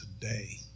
today